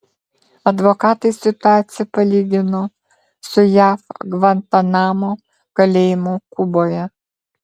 advokatai situaciją palygino su jav gvantanamo kalėjimu kuboje